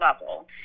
level